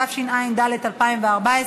התשע"ד 2014,